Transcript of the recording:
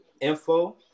info